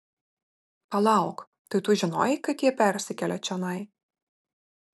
palauk tai tu žinojai kad jie persikelia čionai